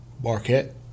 Marquette